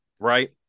right